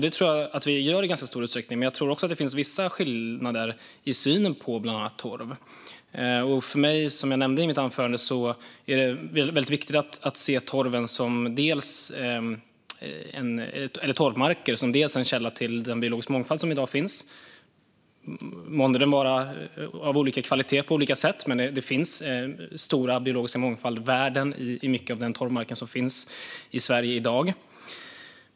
Det tror jag att vi i ganska stor utsträckning är. Men jag tror också att det finns vissa skillnader i synen på bland annat torv. Som jag nämnde i mitt huvudanförande är det för mig väldigt viktigt att se torvmarker som en källa till den biologiska mångfald som i dag finns - månde den vara av olika kvalitet på olika sätt. Det finns stora värden avseende biologisk mångfald i mycket av den torvmark som finns i Sverige i dag.